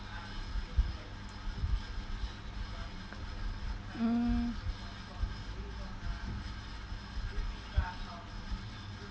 mm